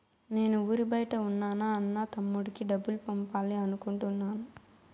నేను ఊరి బయట ఉన్న నా అన్న, తమ్ముడికి డబ్బులు పంపాలి అనుకుంటున్నాను